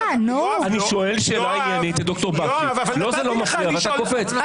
אני שואל שאלה עניינית את ד"ר בקשי באופן לא מפריע ואתה קופץ.